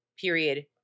period